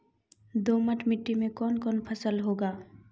दोमट मिट्टी मे कौन कौन फसल होगा?